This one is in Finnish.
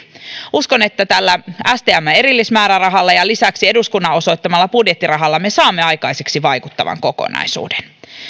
uskon että tällä stmn erillismäärärahalla ja lisäksi eduskunnan osoittamalla budjettirahalla me saamme aikaiseksi vaikuttavan kokonaisuuden